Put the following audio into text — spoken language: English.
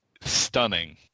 stunning